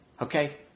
Okay